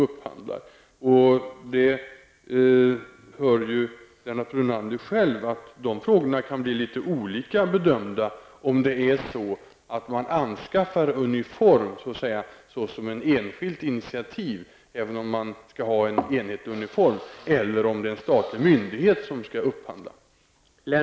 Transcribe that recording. Lennart Brunander har ju själv hört att frågan kan bli föremål för litet olika bedömningar beroende av om uniformen anskaffas som ett enskilt initiativ, även om den skall vara enhetlig, eller om det är en statlig myndighet som skall upphandla den.